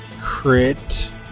crit